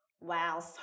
Wow